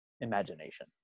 imagination